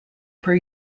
per